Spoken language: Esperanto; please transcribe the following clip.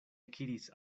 ekiris